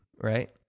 right